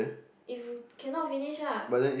if you cannot finish lah